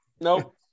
Nope